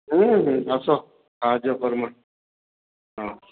ହୁଁ ହୁଁ ଆସ ସାହାଯ୍ୟ କରମା ହଁ